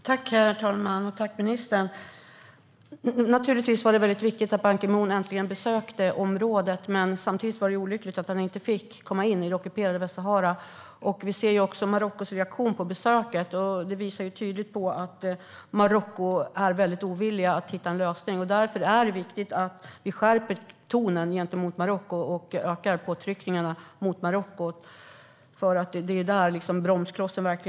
Herr talman och ministern! Naturligtvis var det väldigt viktigt att Ban Ki Moon äntligen besökte området. Men samtidigt var det olyckligt att han inte fick komma in i det ockuperade Västsahara. Vi ser också Marockos reaktion på besöket. Detta visar tydligt att Marocko är väldigt ovilligt i fråga om att hitta en lösning. Därför är det viktigt att vi skärper tonen gentemot Marocko och ökar påtryckningarna på Marocko. Det är där bromsklossen ligger.